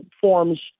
forms